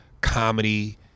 Comedy